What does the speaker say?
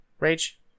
Rage